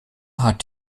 hat